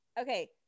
okay